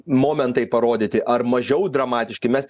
momentai parodyti ar mažiau dramatiški mes